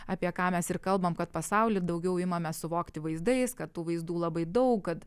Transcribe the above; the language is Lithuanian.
apie ką mes ir kalbam kad pasaulį daugiau imame suvokti vaizdais kad tų vaizdų labai daug kad